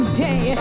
day